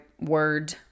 word